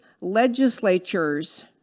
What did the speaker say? legislatures